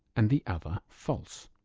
and the other false.